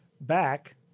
back